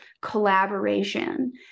collaboration